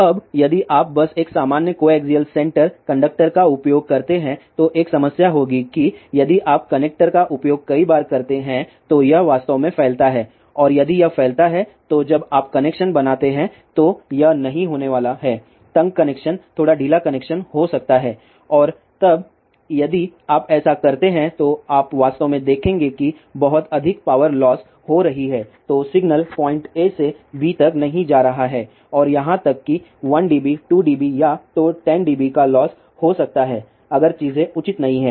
अब यदि आप बस एक सामान्य कोएक्सियल सेंटर कंडक्टर का उपयोग करते हैं तो एक समस्या होगी कि यदि आप कनेक्टर का उपयोग कई बार करते हैं तो यह वास्तव में फैलता है और यदि यह फैलता है तो जब आप कनेक्शन बनाते हैं तो यह नहीं होने वाला है तंग कनेक्शन थोड़ा ढीला कनेक्शन हो सकता है और तब यदि आप ऐसा करते हैं तो आप वास्तव में देखेंगे कि बहुत अधिक पावर लॉस हो रही है तो सिग्नल पॉइंट a से b तक नहीं जा रहा है और यहां तक कि 1 डीबी 2 डीबी या तो 10 डीबी का लॉस हो सकता है अगर चीजें उचित नहीं हैं